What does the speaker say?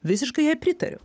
visiškai jai pritariu